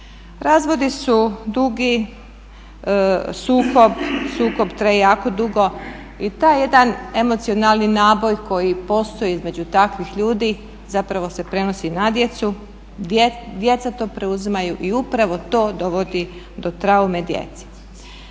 Razvodi su dugi, sukob traje jako dugo i taj jedan emocionalni naboj koji postoji između takvih ljudi zapravo se prenosi na djecu, djeca to preuzimaju i upravo to dovodi do traume djece.